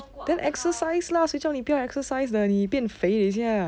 then exercise lah 谁叫你不要 exercise 的你变肥 leh 等一下